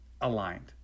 aligned